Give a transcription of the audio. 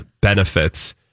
benefits